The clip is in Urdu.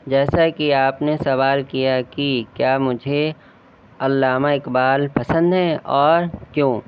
جیساکہ آپ نے سوال کیا کہ کیا مجھے علامہ اقبال پسند ہیں اور کیوں